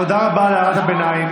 תודה רבה על הערת הביניים.